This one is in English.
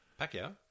Pacquiao